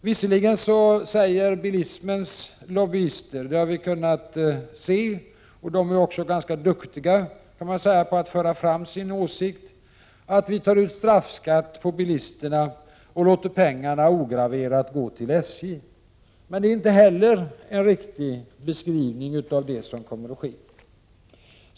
Visserligen säger bilismens lobbyister att vi tar ut en straffskatt på bilisterna och låter pengarna ograverat gå till SJ. De är också ganska duktiga på att föra fram sin åsikt. Men detta är inte heller en riktig beskrivning av vad som kommer att ske.